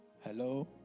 Hello